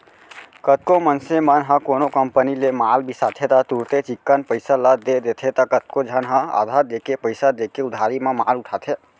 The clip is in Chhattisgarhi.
कतको मनसे मन ह कोनो कंपनी ले माल बिसाथे त तुरते चिक्कन पइसा ल दे देथे त कतको झन ह आधा देके पइसा देके उधारी म माल उठाथे